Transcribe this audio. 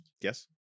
yes